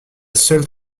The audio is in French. seule